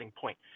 point